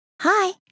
Hi